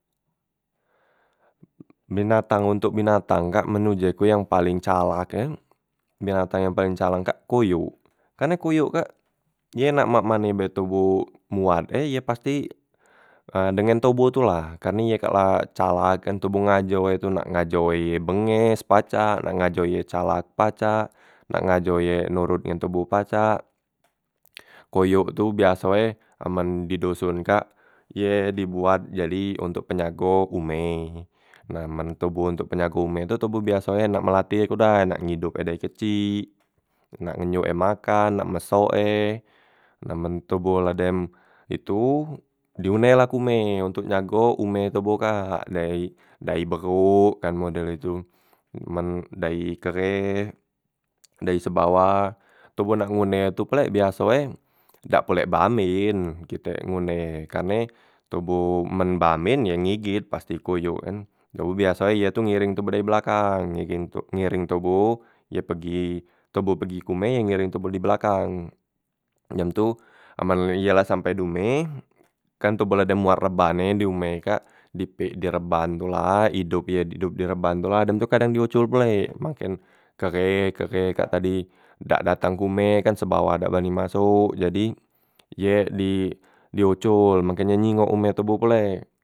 Binatang ontok binatang kak men uje ku yang paleng calak e, binatang yang paleng calak kak koyok, karne koyok kak ye nak mak mane be toboh muat e ye pasti dengan toboh tu la, karne ye kak la calak kan, toboh ngajo e tu nak ngajo e benges pacak, nak ngajo ye calak pacak, nak ngajo ye nurut ngen toboh pacak. Koyok tu biaso e amen di doson kak ye dibuat jadi ontok penjago ume, nah men toboh untuk penjago ume tu toboh biaso e nak melatih e ku dai nak ngidop ye dari kecik, nak ngenyuk ye makan, nak mesok e, nah men toboh la dem itu di une la kume untuk jago ume toboh kak, dayi dayi beruk kan model itu, men dayi kere, dayi sebawa, toboh nak ngune tu pulek biaso e dak pulek be amben kite ngune, karne toboh men be amben yo ngigit pasti koyok kan, biaso e ye tu ngiring toboh dari belakang ngiring tok ngiring toboh ye pegi toboh pegi ke ume ye ngiring toboh di belakang, dem tu amen ye la sampe di ume kan toboh la dem muar reban e dume kak di pe di reban tu la idop ye idop di reban tu la, dem tu kadang diucul pulek maken kere kere tadi dak dateng ke ume kan sebawa dak bani masuk jadi ye di diucul, makenye nyingok ume toboh pulek.